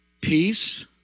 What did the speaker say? peace